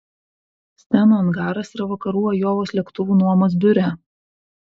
steno angaras yra vakarų ajovos lėktuvų nuomos biure